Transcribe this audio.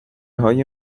های